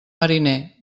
mariner